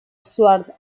stuart